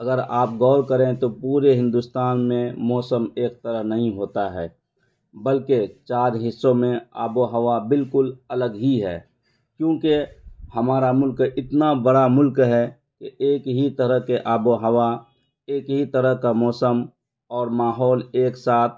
اگر آپ غور کریں تو پورے ہندوستان میں موسم ایک طرح نہیں ہوتا ہے بلکہ چار حصوں میں آب و ہوا بالکل الگ ہی ہے کیونکہ ہمارا ملک اتنا بڑا ملک ہے کہ ایک ہی طرح کے آب و ہوا ایک ہی طرح کا موسم اور ماحول ایک ساتھ